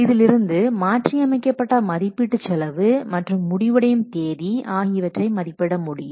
இதிலிருந்து மாற்றி அமைக்கப்பட்ட மதிப்பீட்டுச் செலவு மற்றும் முடிவடையும் தேதி ஆகியவற்றை மதிப்பிட முடியும்